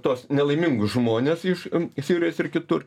tuos nelaimingus žmones iš sirijos ir kitur